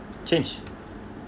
change